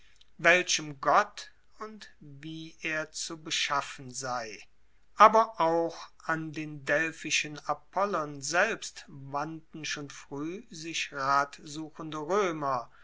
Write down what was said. welchem gott und wie er zu beschaffen sei aber auch an den delphischen apollon selbst wandten schon frueh sich ratsuchende roemer